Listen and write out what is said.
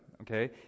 okay